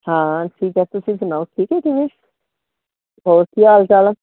ਹਾਂ ਠੀਕ ਹੈ ਤੁਸੀਂ ਸੁਣਾਓ ਠੀਕ ਹੈ ਕਿਵੇਂ ਹੋਰ ਕੀ ਹਾਲ ਚਾਲ ਆ